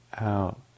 out